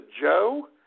Joe